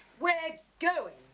we're going.